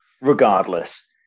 Regardless